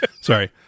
Sorry